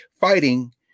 fighting